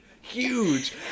huge